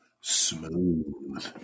Smooth